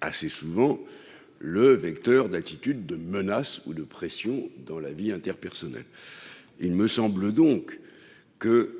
assez souvent le vecteur d'attitude, de menaces ou de pression dans la vie interpersonnelle, il me semble donc que